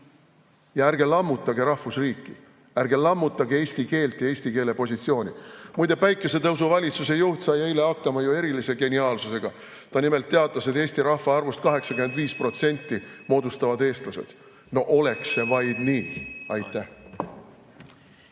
Ja ärge lammutage rahvusriiki, ärge lammutage eesti keelt ja eesti keele positsiooni. Muide, päikesetõusuvalitsuse juht sai eile hakkama erilise geniaalsusega. Ta nimelt teatas, et Eesti rahvaarvust 85% moodustavad eestlased. (Juhataja helistab